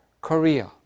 Korea